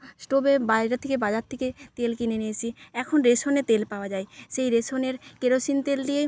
স্টোভে বায়রে থেকে বাজার থেকে তেল কিনে নিয়ে এসি এখন রেশনে তেল পাওয়া যায় সেই রেশনের কেরোসিন তেল দিয়ে